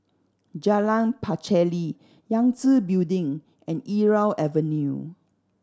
Jalan Pacheli Yangtze Building and Irau Avenue